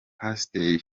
pasiteri